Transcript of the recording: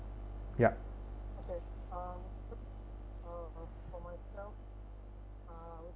yup